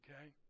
Okay